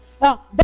Now